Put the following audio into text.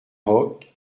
rocs